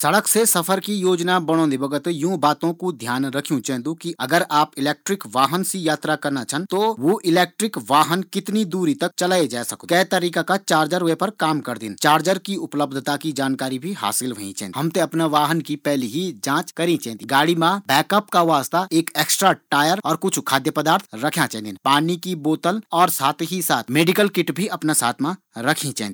सड़क सफर की योजना बणोदी बगत ईं बातों कू ध्यान रखयूँ चैन्दु कि अगर आप इलेक्ट्रिक वाहन से यात्रा करना छन त वू इलेक्ट्रिक वाहन कितनी दूर तक चलाये जै सकदु। और कै तरीका का चार्जर वै पर काम करदिन। चार्जर की उपलब्धता की जानकारी भी हासिल होईं चैन्दी। हम थें अफणा वाहन की पैली ही जाँच करी चैन्दी। गाड़ी मा बैकअप का वास्ता एक एक्स्ट्रा टायर और कुछ खाद्य पदार्थ रख्यां चैन्दीन। पाणी की बोतल और मेडिकल किट भी साथ मा रखी चैन्दी।